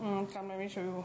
hmm come let me show you